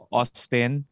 Austin